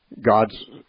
God's